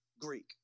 Greek